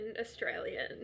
Australian